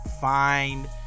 find